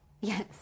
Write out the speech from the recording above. yes